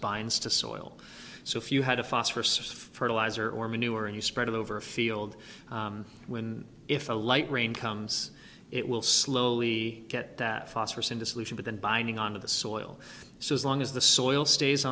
binds to soil so if you had a phosphorus fertilizer or manure and you spread it over a field when if a light rain comes it will slowly get that phosphorous into solution but then binding on to the soil so as long as the soil stays